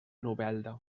novelda